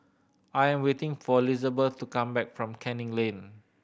I'm waiting for Lizabeth to come back from Canning Lane